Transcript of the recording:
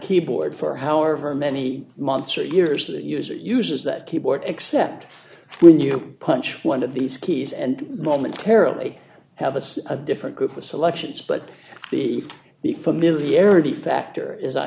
keyboard for however many months or years the user uses that keyboard except when you punch one of these keys and momentarily have as a different group of selections but the the familiarity factor is i